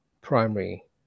primary